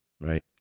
Right